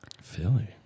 Philly